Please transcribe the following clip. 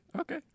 okay